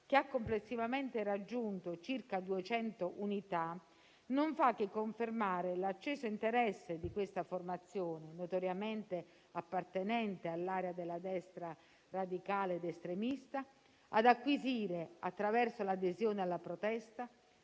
che ha complessivamente raggiunto circa 200 unità, non fa che confermare l'acceso interesse di questa formazione, notoriamente appartenente all'area della destra radicale ed estremista, ad acquisire, attraverso l'adesione alla protesta,